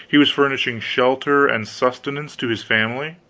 he was furnishing shelter and sustenance to his family,